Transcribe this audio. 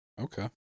Okay